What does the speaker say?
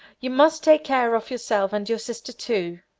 you must take care of yourself and your sister, too,